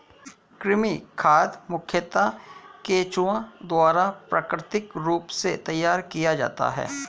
कृमि खाद मुखयतः केंचुआ द्वारा प्राकृतिक रूप से तैयार किया जाता है